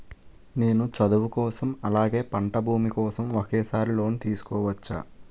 నేను చదువు కోసం అలాగే పంట భూమి కోసం ఒకేసారి లోన్ తీసుకోవచ్చా?